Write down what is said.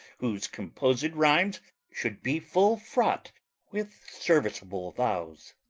whose composed rhymes should be full-fraught with serviceable vows.